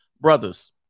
Brothers